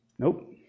Nope